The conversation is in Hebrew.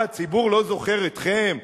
מה, הציבור לא זוכר אתכם?